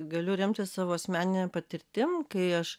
galiu remtis savo asmenine patirtim kai aš